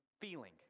feeling